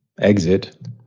exit